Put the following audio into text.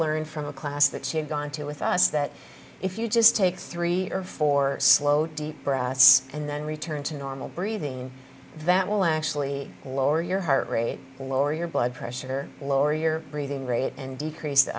learned from a class that she had gone to with us that if you just take three or four slow deep breaths and then return to normal breathing that will actually lower your heart rate and lower your blood pressure lower your breathing rate and decrease the